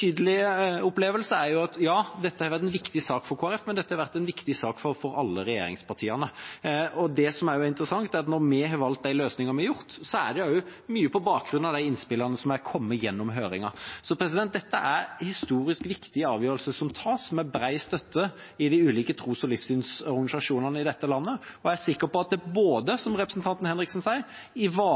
opplevelse er at dette har vært en viktig sak for Kristelig Folkeparti, men det har også vært en viktig sak for alle regjeringspartiene. Det som også er interessant, er at når vi har valgt de løsningene vi har gjort, er det mye på bakgrunn av de innspillene som har kommet i høringen. Så dette er en historisk viktig avgjørelse som tas, som har bred støtte i de ulike tros- og livssynsorganisasjonene i dette landet, og jeg er sikker på at det ivaretar, som representanten Henriksen sier,